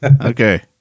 Okay